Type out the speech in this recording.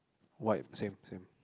white same same